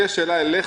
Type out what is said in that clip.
לי יש שאלה אליך.